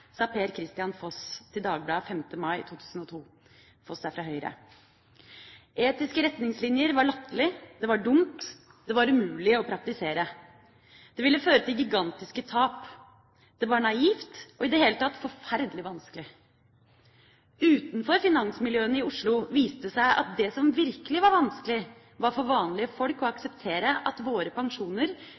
sa Per-Kristian Foss til Dagbladet 5. mai 2002. Foss er fra Høyre. Etiske retningslinjer var latterlig, det var dumt, det var umulig å praktisere. Det ville føre til gigantiske tap. Det var naivt, og i det hele tatt forferdelig vanskelig. Utenfor finansmiljøene i Oslo viste det seg at det som virkelig var vanskelig, var for vanlige folk å akseptere at våre pensjoner